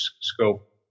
scope